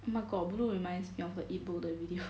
oh my god blue reminds me of the eatbook the video